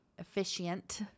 efficient